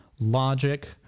Logic